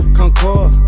concord